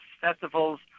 festivals